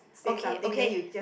okay okay